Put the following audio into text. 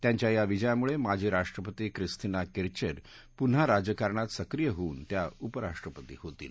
त्यांच्या या विजयामुळे माजी राष्ट्रपती ख्रिस्तिना किरचेर पुन्हा राजकारणात सक्रिय होऊन त्या उपराष्ट्रपती होतील